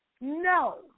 No